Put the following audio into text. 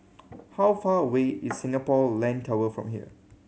how far away is Singapore Land Tower from here